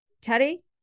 Teddy